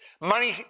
money